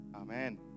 Amen